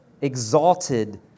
exalted